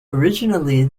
originally